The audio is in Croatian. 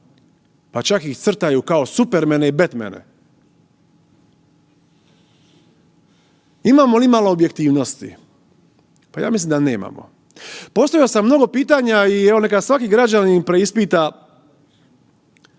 pa čak ih crtaju kao Supermane i Batmane. Imamo li imalo objektivnosti? Pa ja mislim da nemamo. Postavio sam mnogo pitanja i evo neka svaki građanin preispita